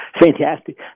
Fantastic